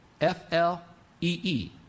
F-L-E-E